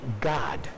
God